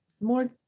more